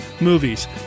movies